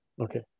Okay